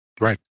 Right